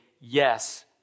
yes